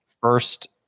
first